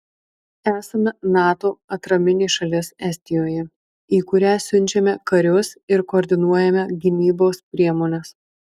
esame nato atraminė šalis estijoje į kurią siunčiame karius ir koordinuojame gynybos priemones